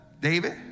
David